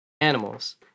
animals